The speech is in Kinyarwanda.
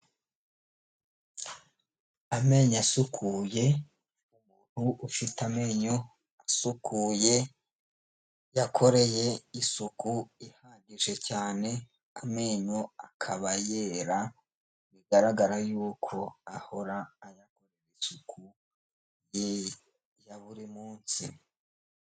Amenyo asukuye, umuntu ufite amenyo asukuye, yakoreye isuku ihagije cyane, amenyo akaba yera, bigaragara yuko ahora ayakorera isuku ye, ya buri munsi.